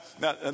now